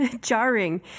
jarring